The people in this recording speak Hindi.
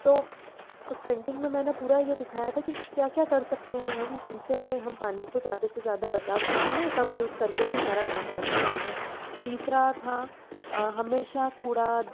तो उस पेंटिंग में मैंने पूरा ये दिखाया था कि क्या क्या कर सकते हैं हम जिनसे हम पानी को ज्यादा से ज्यादा बचा सकते हैं कम यूज़ करके भी हमारा काम कर सकते हैं तीसरा था हमेशा कूड़ा